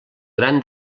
gran